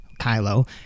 Kylo